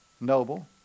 noble